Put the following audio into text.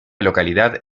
localidad